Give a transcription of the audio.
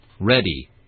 ready